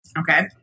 Okay